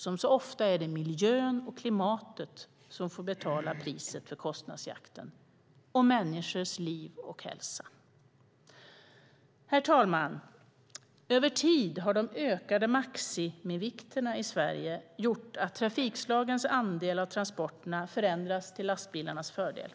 Som så ofta är det miljön och klimatet och människors liv och hälsa som får betala priset för kostnadsjakten. Herr talman! Över tid har de ökade maximivikterna i Sverige gjort att trafikslagens andelar av transporterna förändrats till lastbilarnas fördel.